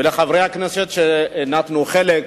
ולחברי הכנסת שנטלו חלק.